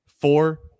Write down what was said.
four